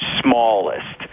smallest